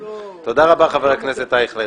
תודה רבה, חבר הכנסת אייכלר.